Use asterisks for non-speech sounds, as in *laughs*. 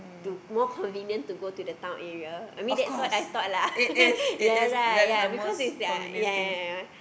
to more convenient to go to the town area I mean that's what I thought lah *laughs* ya lah ya because it's like ya ya ya ya